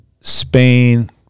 Spain